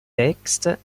textes